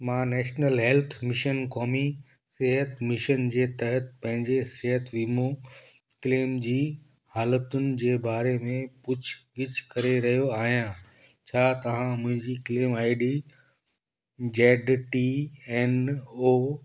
मां national health mission क़ौमी सेहत मिशन जे तहति पंहिंजे सिहत वीमो क्लेम जी हालतुनि जे बारे में पुछगिछ करे रहियो आहियां छा तव्हां मुंहिंजी claim I D Z T N O